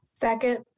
Second